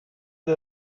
the